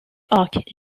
orques